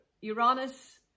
Uranus